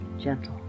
Gentle